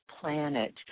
planet